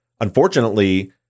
Unfortunately